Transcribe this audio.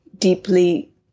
deeply